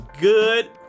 good